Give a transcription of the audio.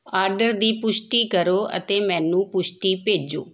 order ਦੀ ਪੁਸ਼ਟੀ ਕਰੋ ਅਤੇ ਮੈਨੂੰ ਪੁਸ਼ਟੀ ਭੇਜੋ